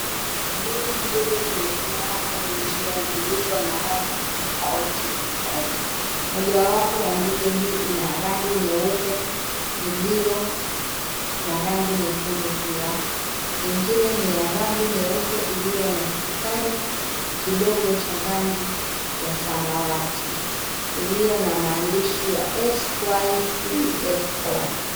Ndege mbili zimesimama kwenye njia zilizo na rangi tofauti tofauti. Mojawapo wa ndege hii ina rangi nyeupe ilio na rangi nyekundu pia. Nyingine ni ya rangi nyeupe ilio na kistari kidogo cha rangi ya samawati ilio na maandishi ya SY-CFO.